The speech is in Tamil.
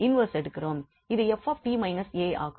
அது 𝑓𝑡 − 𝑎 ஆகும்